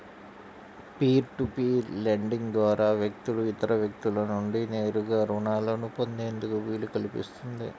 peer to peer lending ద్వారా వ్యక్తులు ఇతర వ్యక్తుల నుండి నేరుగా రుణాలను పొందేందుకు వీలు కల్పిస్తుంది